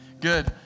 Good